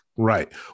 Right